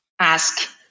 ask